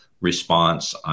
response